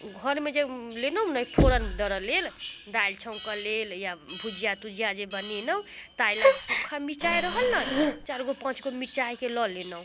घरमे जे लेलहुँ ने फोड़न दै लेल दालि छौँकऽ लेल या भुजिआ तुजिआ जे बनेलहुँ ताहिलए जे सुखा मिरचाइ रहल ने चारिगो पाँचगो मिरचाइके लऽ लेलहुँ